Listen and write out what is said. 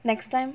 next time